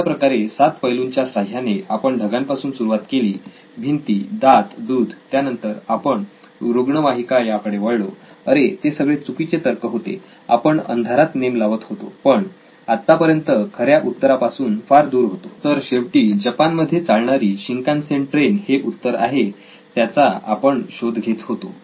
अशाप्रकारे सात पैलूंच्या साह्याने आपण ढगांपासून सुरुवात केली भिंती दात दूध त्यानंतर आपण रुग्णवाहिका याकडे आलो अरे ते सगळे चुकीचे तर्क होते आपण अंधारात नेम लावत होतो पण आत्तापर्यंत खर्या उत्तरा पासून फार दूर होतो तर शेवटी जापान मध्ये चालणारी शिंकांसेन ट्रेन हे उत्तर आहे त्याचा आपण शोध घेतं होतो